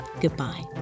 goodbye